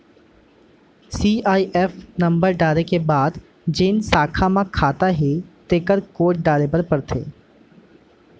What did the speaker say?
CIF number डारे के बाद जेन साखा म खाता हे तेकर कोड डारे बर परथे